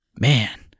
man